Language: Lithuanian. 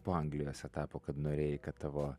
po anglijos etapo kad norėjai kad tavo